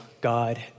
God